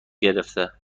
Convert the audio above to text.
گرفته